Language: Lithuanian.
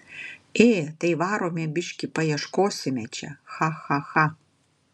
ė tai varome biškį paieškosime čia cha cha cha